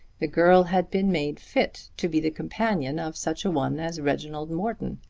the girl had been made fit to be the companion of such a one as reginald morton,